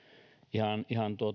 ihan ihan